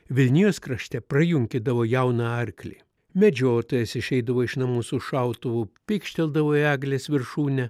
vilnijos krašte prajunkydavo jauną arklį medžiotojas išeidavo iš namų su šautuvu pykšteldavo į eglės viršūnę